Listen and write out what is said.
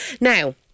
now